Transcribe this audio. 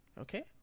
Okay